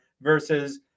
versus